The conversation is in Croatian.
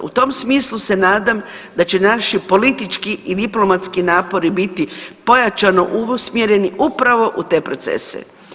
U tom smislu se nadam da će naši politički i diplomatski napori biti pojačano usmjereni upravo u te procese.